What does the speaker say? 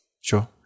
Sure